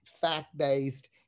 fact-based